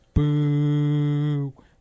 Boo